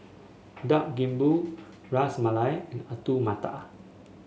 Dak Galbi Ras Malai and Alu Matar